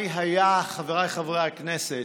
חבריי חברי הכנסת,